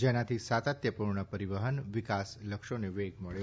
જેનાથી સાતત્યપુર્ણ પરીવહન વિકાસ લક્ષ્યોને વેગ મબ્યો